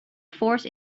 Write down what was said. force